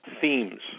themes